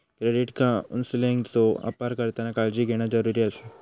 credit काउन्सेलिंगचो अपार करताना काळजी घेणा जरुरी आसा